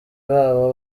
babo